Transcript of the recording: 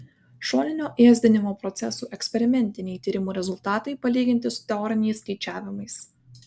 šoninio ėsdinimo procesų eksperimentiniai tyrimų rezultatai palyginti su teoriniais skaičiavimais